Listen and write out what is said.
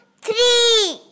three